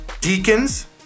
deacons